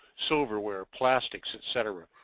silverware, plastics, etc.